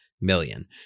million